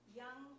young